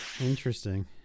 interesting